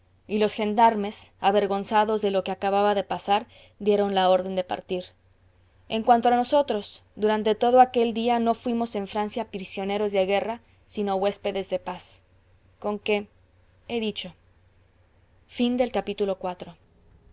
y los gendarmes avergonzados de lo que acababa de pasar dieron la orden de partir en cuanto a nosotros durante todo aquel día no fuimos en francia prisioneros de guerra sino huéspedes de paz conque he dicho v